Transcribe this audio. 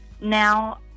Now